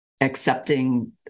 accepting